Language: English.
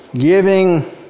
giving